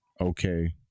okay